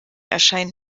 erscheint